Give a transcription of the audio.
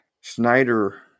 Snyder